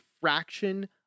fraction